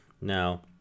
Now